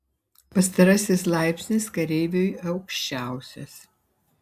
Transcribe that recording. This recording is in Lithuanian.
pastarasis laipsnis kareiviui aukščiausias